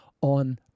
on